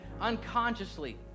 unconsciously